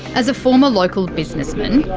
as a former local businessman,